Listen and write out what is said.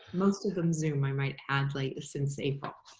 most of them zoom i might add like since april.